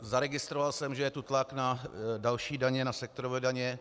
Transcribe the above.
Zaregistroval jsem, že je tu tlak na další daně, na sektorové daně.